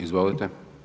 Izvolite.